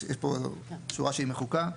יש פה שורה שהיא מחוקה.